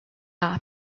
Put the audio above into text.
cap